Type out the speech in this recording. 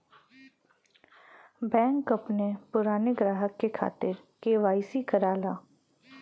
bank अपने पुराने ग्राहक के खातिर के.वाई.सी करला